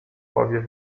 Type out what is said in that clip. powiew